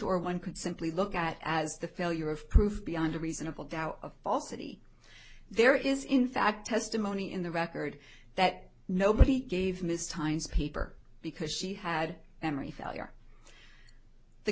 or one could simply look at as the failure of proof beyond a reasonable doubt of falsity there is in fact testimony in the record that nobody gave mr heins paper because she had memory failure the